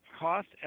cost